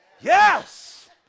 Yes